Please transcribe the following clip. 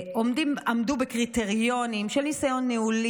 הם עמדו בקריטריונים של ניסיון ניהולי,